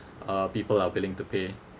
uh people are willing to pay